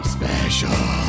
special